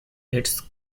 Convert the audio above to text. its